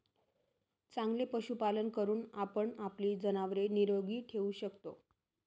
चांगले पशुपालन करून आपण आपली जनावरे निरोगी ठेवू शकतो